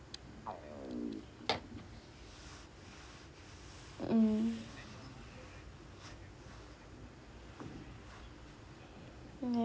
mm ya